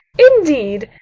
indeed?